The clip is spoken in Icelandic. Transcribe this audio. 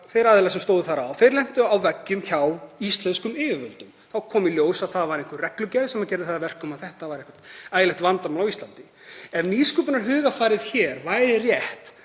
þeir aðilar sem stóðu að þessu lentu á vegg hjá íslenskum yfirvöldum. Þá kom í ljós að það var einhver reglugerð sem gerði það að verkum að þetta var eitthvert ægilegt vandamál á Íslandi. Ef nýsköpunarhugarfarið hér væri rétt